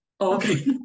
Okay